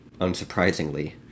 Unsurprisingly